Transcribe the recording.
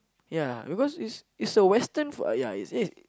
ya because is it's a Western food ah ya is is